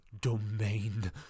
domain